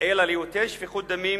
אלא ליותר שפיכות דמים